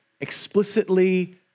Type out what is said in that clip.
explicitly